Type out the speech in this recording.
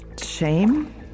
shame